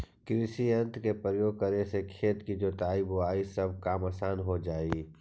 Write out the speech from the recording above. कृषियंत्र के प्रयोग करे से खेत के जोताई, बोआई सब काम असान हो जा हई